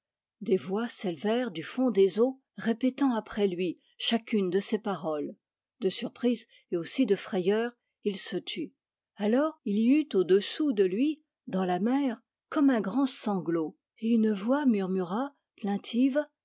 des voix s'élevèrent du fond des eaux répétant après lui chacune de ses paroles de surprise et aussi de frayeur il se tut alors il y eut au-dessous de lui dans la mer comme un grand sanglot et une voix murmura plaintive